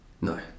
No